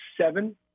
seven